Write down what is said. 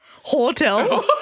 Hotel